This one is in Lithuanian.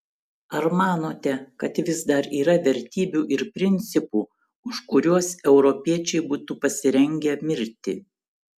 ar manote kad vis dar yra vertybių ir principų už kuriuos europiečiai būtų pasirengę mirti